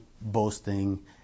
boasting